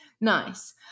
nice